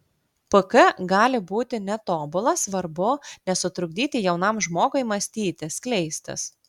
pk gali būti netobula svarbu nesutrukdyti jaunam žmogui mąstyti skleistis